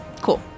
Cool